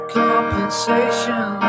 compensation